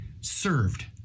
served